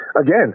again